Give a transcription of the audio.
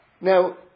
now